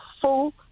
full